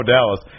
Dallas